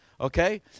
okay